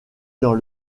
dans